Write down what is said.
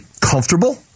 comfortable